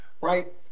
right